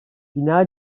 bina